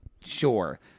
sure